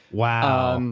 wow, um